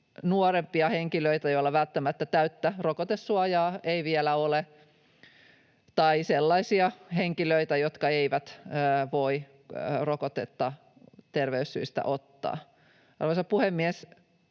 nuorempia henkilöitä, joilla välttämättä täyttä rokotesuojaa ei vielä ole, tai sellaisia henkilöitä, jotka eivät voi rokotetta terveyssyistä ottaa. Arvoisa puhemies!